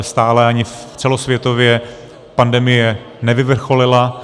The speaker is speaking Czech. Stále ani celosvětově pandemie nevyvrcholila.